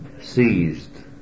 seized